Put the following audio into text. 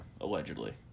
allegedly